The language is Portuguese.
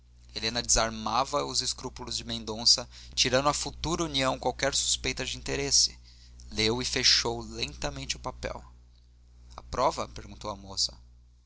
helena desarmava os escrúpulos de mendonça tirando à futura união qualquer suspeita de interesse leu e fechou lentamente o papel aprova perguntou a moça